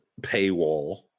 paywall